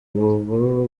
abo